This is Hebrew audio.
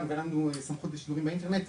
ולנו אין סמכות לשידורים באינטרנט,